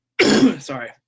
sorry